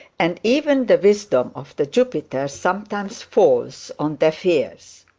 and even the wisdom of the jupiter sometimes falls on deaf ears.